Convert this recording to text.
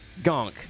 Gonk